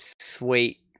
sweet